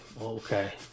okay